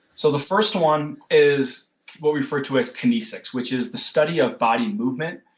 so, the first one is but referred to as kinesics, which is the study of body movement,